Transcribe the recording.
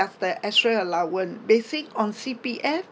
of the extra allowance basic on C_P_F